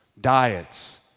diets